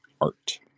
art